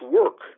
work